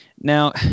Now